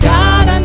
God